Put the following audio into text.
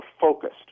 focused